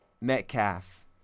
Metcalf